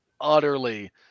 utterly